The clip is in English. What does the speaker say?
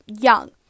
young